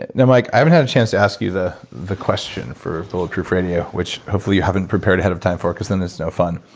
and now mike, i haven't had a chance to ask you the the question for bulletproof radio, which hopefully you haven't prepared ahead of time for, because then it's no fun.